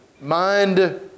mind